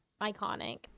iconic